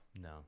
No